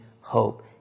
hope